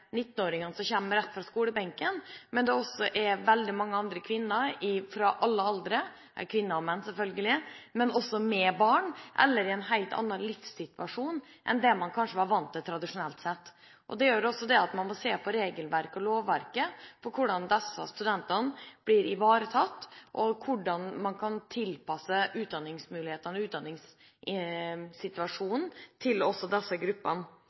som kommer rett fra skolebenken, men det er også veldig mange kvinner i alle aldre – kvinner og menn, selvfølgelig – også med barn, eller i en helt annen livssituasjon enn det man kanskje var vant til tradisjonelt sett. Det gjør også at man må se på regelverk og lovverket, på hvordan disse studentene blir ivaretatt, og hvordan man kan tilpasse utdanningsmulighetene og utdanningssituasjonen til også